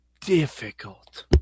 difficult